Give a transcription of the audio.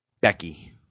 Becky